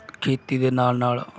ਖੇਤੀ ਦੇ ਨਾਲ ਨਾਲ